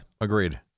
Agreed